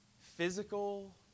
physical